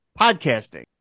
podcasting